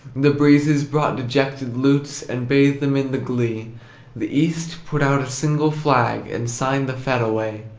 the breezes brought dejected lutes, and bathed them in the glee the east put out a single flag, and signed the fete away.